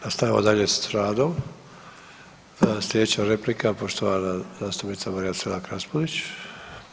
Nastavljamo dalje s radom, slijedeća replika poštovana zastupnica Marija Selak Raspudić.